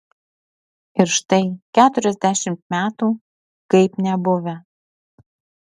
ir štai keturiasdešimt metų kaip nebuvę